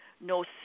no